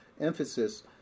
emphasis